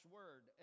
word